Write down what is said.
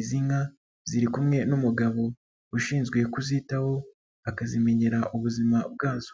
izi nka ziri kumwe n'umugabo ushinzwe kuzitaho akazimenyera ubuzima bwazo.